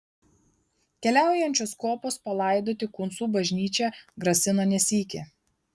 keliaujančios kopos palaidoti kuncų bažnyčią grasino ne sykį